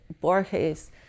Borges